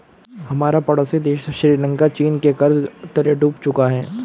हमारा पड़ोसी देश श्रीलंका चीन के कर्ज तले डूब चुका है